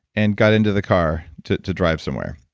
and got into the car to to drive somewhere.